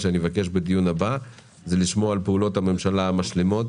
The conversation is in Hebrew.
בדיון הבא ארצה לשמוע גם על פעולות הממשלה המשלימות